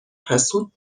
حسود